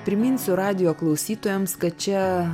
priminsiu radijo klausytojams kad čia